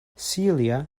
celia